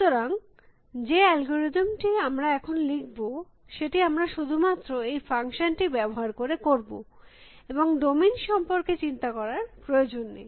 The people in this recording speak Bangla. সুতরাং যে অ্যালগরিদম টি আমরা এখন লিখব সেটি আমরা শুধুমাত্র এই ফাংশানটি ব্যবহার করে করব এবং ডোমেইন সম্পর্কে চিন্তা করার প্রয়োজন নেই